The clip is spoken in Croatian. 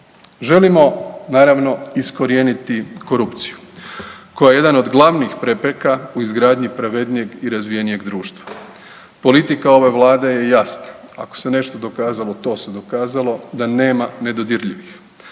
Želimo naravno iskorijeniti korupciju koja je jedan od glavnih prepreka u izgradnji pravednijeg i razvijenijeg društva. Politika ove Vlade je jasna, ako se nešto dokazalo, to se dokazalo da nema nedodirljivih.